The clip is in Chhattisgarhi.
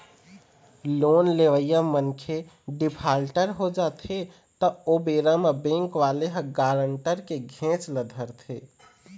लोन लेवइया मनखे डिफाल्टर हो जाथे त ओ बेरा म बेंक वाले ह गारंटर के घेंच ल धरथे